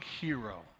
hero